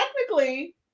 technically